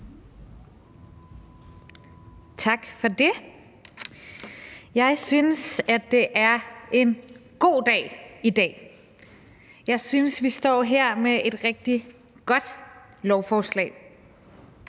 Tak for det. Jeg synes, at det er en god dag i dag. Jeg synes, vi står her med et rigtig godt lovforslag.